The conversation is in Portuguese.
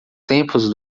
tempos